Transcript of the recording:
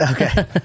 Okay